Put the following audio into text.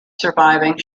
surviving